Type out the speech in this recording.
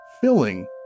filling